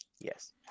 Yes